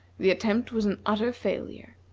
the attempt was an utter failure.